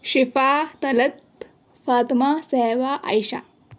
Shifa Talat Fatima Sahba Aisha